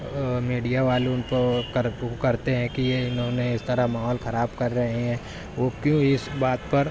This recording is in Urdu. میڈیا والوں کو کر کرتے ہیں کہ یہ انہوں نے اس طرح ماحول خراب کر رہے ہیں وہ کیوں اس بات پر